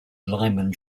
lyman